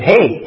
Hey